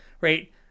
right